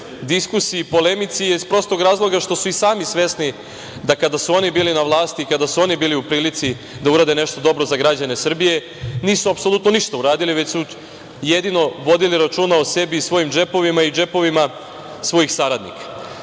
diskusiji i polemici, iz prostog razloga što su i sami svesni da kada su oni bili na vlasti, kada su oni bili u prilici da urade nešto dobro za građane Srbije, nisu apsolutno ništa uradili, već su jedino vodili računa o sebi i svojim džepovima i džepovima svojih saradnika. Da